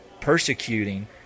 persecuting